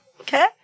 Okay